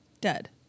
dead